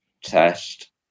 test